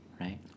right